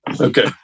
Okay